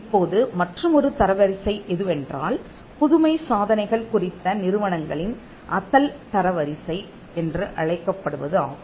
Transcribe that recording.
இப்போது மற்றுமொரு தரவரிசை எதுவென்றால் புதுமை சாதனைகள் குறித்த நிறுவனங்களின் அதல் தர வரிசை என்று அழைக்கப்படுவது ஆகும்